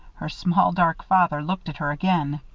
her small dark father looked at her again.